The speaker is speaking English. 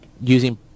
using